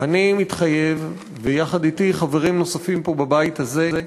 אני מתחייב, ויחד אתי חברים נוספים פה, בבית הזה,